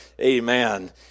Amen